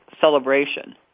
celebration